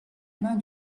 main